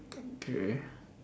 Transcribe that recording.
okay